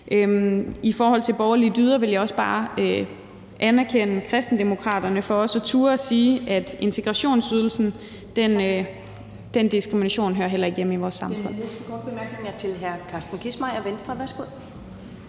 I forhold til borgerlige dyder vil jeg bare anerkende Kristendemokraterne for også at turde sige om integrationsydelsen, at den diskrimination heller ikke hører hjemme i vores samfund.